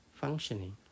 functioning